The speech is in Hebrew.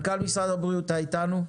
מנכ"ל משרד הבריאות, אתה איתנו?